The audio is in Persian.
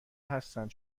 هستند